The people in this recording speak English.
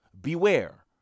Beware